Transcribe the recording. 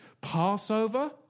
Passover